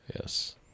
Yes